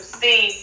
see